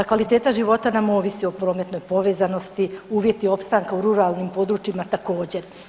Kvaliteta života nam ovisi o prometnoj povezanosti, uvjeti opstanka u ruralnim područjima također.